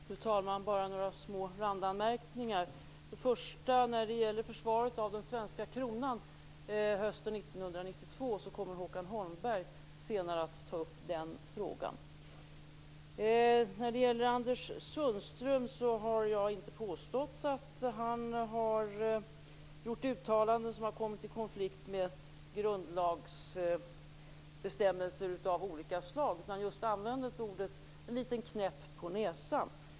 Fru talman! Jag har bara några små randanmärkningar. 1992 kommer Håkan Holmberg senare att ta upp. När det gäller Anders Sundström har jag inte påstått att han har gjort uttalanden som har kommit i konflikt med grundlagsbestämmelser av olika slag, utan jag har just använt orden "en liten knäpp på näsan".